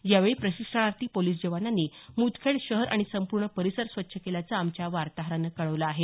यावेळी प्रशिक्षणार्थी पोलिस जवानांनी मुदखेड शहर आणि संपूर्ण परिसर स्वच्छ केल्याचं आमच्या वार्ताहरानं कळवलं आहे